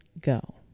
go